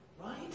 right